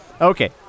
Okay